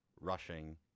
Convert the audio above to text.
rushing